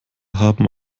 haben